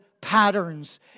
patterns